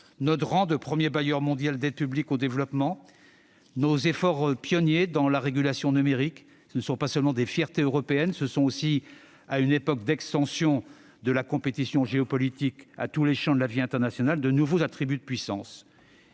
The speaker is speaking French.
notre rang de premier bailleur mondial d'aide publique au développement ; nos efforts pionniers dans la régulation du numérique. Il s'agit non pas seulement de fiertés européennes, mais aussi, à une époque d'extension de la compétition géopolitique à tous les champs de la vie internationale, de nouveaux attributs de puissance.